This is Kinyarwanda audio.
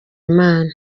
imana